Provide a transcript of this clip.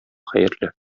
хәерле